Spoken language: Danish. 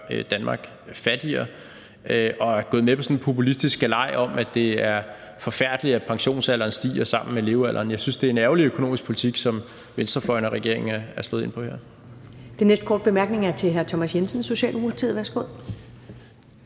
Danmark fattigere. Man er gået med på sådan en populistisk galej om, at det er forfærdeligt, at pensionsalderen stiger sammen med levealderen. Jeg synes, det er en ærgerlig økonomisk politik, som venstrefløjen og regeringen er slået ind på her. Kl. 14:42 Første næstformand (Karen Ellemann): Den næste korte bemærkning er til hr. Thomas Jensen, Socialdemokratiet. Værsgo.